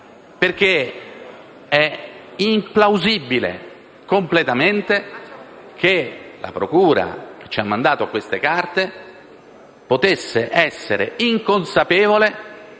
Stefano. È implausibile, completamente, che la procura che ci ha mandato queste carte potesse essere inconsapevole